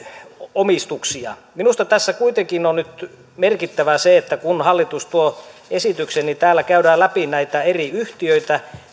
omistuksia minusta tässä kuitenkin on nyt merkittävää se että kun hallitus tuo esityksen niin täällä käydään läpi näitä eri yhtiöitä